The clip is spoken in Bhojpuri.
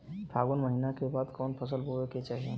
फागुन महीना के बाद कवन फसल बोए के चाही?